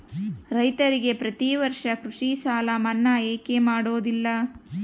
ರೈತರಿಗೆ ಪ್ರತಿ ವರ್ಷ ಕೃಷಿ ಸಾಲ ಮನ್ನಾ ಯಾಕೆ ಮಾಡೋದಿಲ್ಲ?